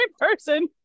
person